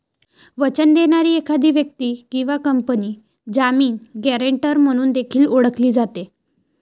वचन देणारी एखादी व्यक्ती किंवा कंपनी जामीन, गॅरेंटर म्हणून देखील ओळखली जाते